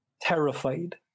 Terrified